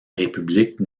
république